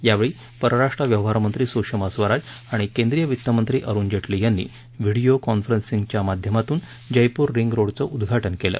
यावेळी परराष्ट्र व्यवहार मंत्री सुषमा स्वराज आणि केंद्रीय वित्त मंत्री अरुण जेटली यांनी व्हिडीओ कॉन्फरन्सिंगच्या माध्यमातून जयपूर रिंग रोडचं उदघाटन केलं